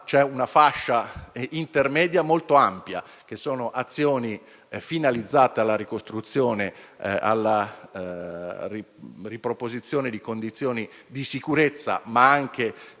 è una fascia intermedia molto ampia, fatta di azioni finalizzate alla ricostruzione, alla riproposizione di condizioni di sicurezza, ma anche di